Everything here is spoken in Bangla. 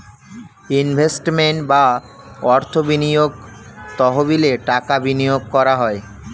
ইনভেস্টমেন্ট বা অর্থ বিনিয়োগ তহবিলে টাকা বিনিয়োগ করা হয়